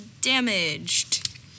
damaged